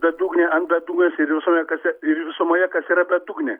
bedugnė ant bedugnės ir visoje kase ir visumoje kas yra bedugnė